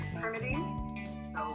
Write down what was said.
Permitting